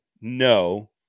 no